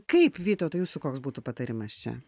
kaip vytautai jūsų koks būtų patarimas čia